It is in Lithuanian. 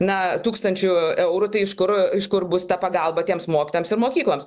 na tūkstančių eurų tai iš kur iš kur bus ta pagalba tiems mokytojams ir mokykloms